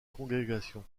congrégation